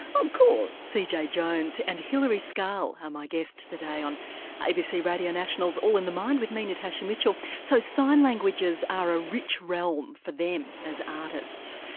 oh cool. cj jones and hilari scarl are my guests today on abc radio national's all in the mind with me natasha mitchell. so sign languages are a rich realm for them as artists,